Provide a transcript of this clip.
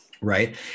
right